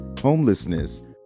homelessness